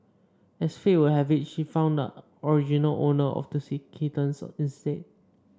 as fate would have it she found the original owner of the see kittens instead